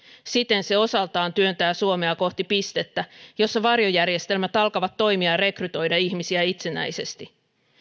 siten se osaltaan työntää suomea kohti pistettä jossa varjojärjestelmät alkavat toimia ja rekrytoida ihmisiä itsenäisesti